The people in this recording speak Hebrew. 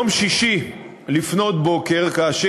ביום שישי בבוקר ראש